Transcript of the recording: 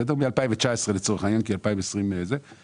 אני חושב שאין מקום בדיון על קיצוץ העדכון